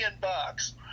bucks